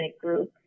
group